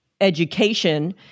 education